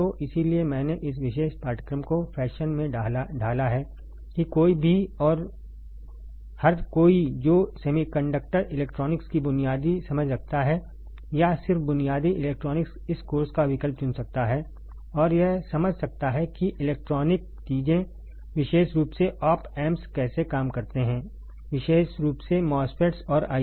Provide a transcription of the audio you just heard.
तो इसीलिए मैंने इस विशेष पाठ्यक्रम को फैशन में ढाला है कि कोई भी और हर कोई जो सेमीकंडक्टर इलेक्ट्रॉनिक्स की बुनियादी समझ रखता है या सिर्फ बुनियादी इलेक्ट्रॉनिक्स इस कोर्स का विकल्प चुन सकता है और यह समझ सकता है कि इलेक्ट्रॉनिक चीजें विशेष रूप से ऑप एम्प्स कैसे काम करते हैं विशेष रूप से MOSFETs और IC